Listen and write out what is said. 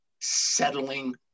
settling